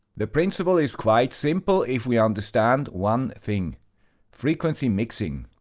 the principle is quite simple if we understand one thing frequency mixing.